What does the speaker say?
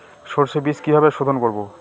সর্ষে বিজ কিভাবে সোধোন করব?